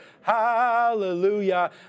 Hallelujah